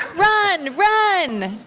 run, run!